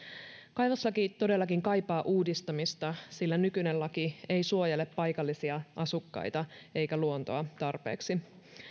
kaivoslaki todellakin kaipaa uudistamista sillä nykyinen laki ei suojele paikallisia asukkaita eikä luontoa tarpeeksi